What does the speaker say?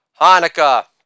Hanukkah